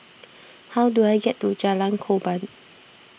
how do I get to Jalan Korban